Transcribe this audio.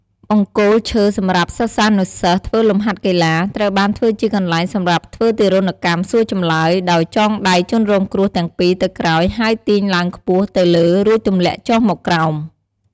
បង្គោលឈើសំរាប់សិស្សានុសិស្សធ្វើលំហាត់កីឡា ត្រូវបានធ្វើជាកន្លែងសំរាប់ធ្វើទារុណកម្មសួរចម្លើយ ដោយចងដៃជនរងគ្រោះទាំងពីរទៅក្រោយហើយទាញឡើងខ្ពស់ទៅលើរួចទំលាក់ចុះមកក្រោម។